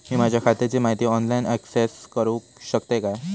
मी माझ्या खात्याची माहिती ऑनलाईन अक्सेस करूक शकतय काय?